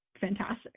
fantastic